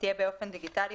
תהיה באופן דיגיטלי,